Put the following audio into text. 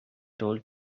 told